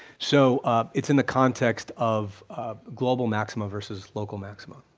so it's in the context of global maximum versus local maximum.